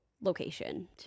location